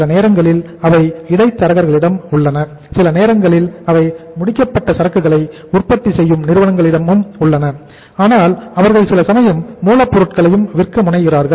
சில நேரங்களில் அவை இடைத்தரகர்களிடம் உள்ளன சில நேரங்களில் அவை முடிக்கப்பட்ட சரக்குகளை உற்பத்தி செய்யும் நிறுவனங்களிடமும் உள்ளன ஆனால் அவர்கள் சில சமயம் மூலப் பொருள்களையும் விற்க முனைகிறார்கள்